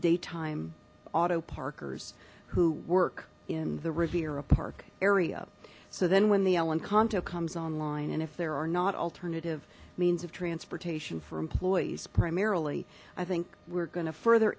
daytime auto parkers who work in the rivera park area so then when the el encanto comes online and if there are not alternative means of transportation for employees primarily i think we're gonna further